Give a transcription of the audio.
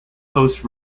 hosts